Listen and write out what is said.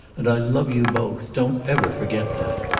and i love you both. don't ever forget that.